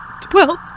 twelve